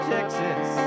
Texas